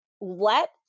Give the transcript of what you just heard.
let